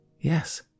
Yes